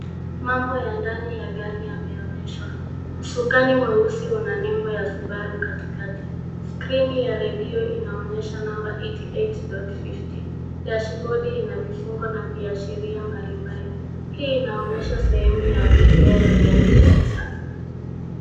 Mambo ya ndani ya gari yameonyeshwa. Usukani mweusi una nembo ya Subaru katikati. Skrini ya redio inaonyesha namba eighty eight dot fifty . Dashibodi inavifungo na viashiria mbali mbali. Hii inaonyesha sehemu ya abiria ya gari la kisasa.